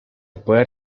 pueden